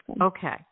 Okay